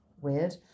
weird